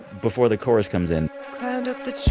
before the chorus comes in climbed up the